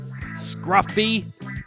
scruffy